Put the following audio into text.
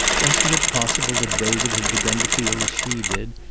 wasn't it possible that david had begun to feel as she did,